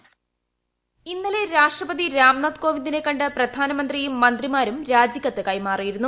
വോട്ട ഇന്നലെ രാഷ്ട്രപതി രാംസ്റ്റ്ഫ് കോവിന്ദിനെ കണ്ട് പ്രധാനമന്ത്രിയും മന്ത്രിമാരും രാജിക്കത്തിച്ചുകൈമാറിയിരുന്നു